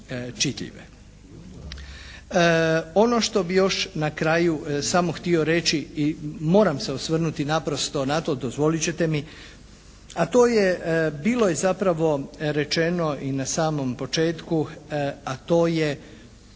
čitljive. Ono što bih još na kraju samo htio reći i moram se osvrnuti naprosto na to, dozvolit ćete mi, a to je bilo je zapravo rečeno i na samom početku, a to je